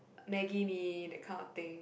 maggie mee that kind of things